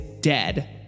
dead